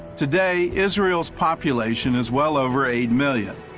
today israel's population is well over eight million.